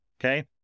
Okay